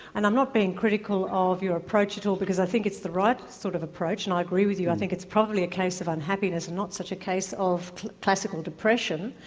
and i'm not being critical of your approach at all because i think it's the right sort of approach and i agree with you, i think it's probably a case of unhappiness and not such a case of classical depression,